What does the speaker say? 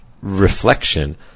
reflection